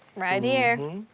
right here.